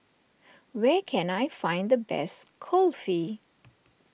where can I find the best Kulfi